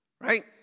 Right